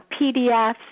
pdfs